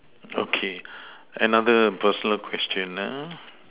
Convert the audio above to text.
okay another personal question uh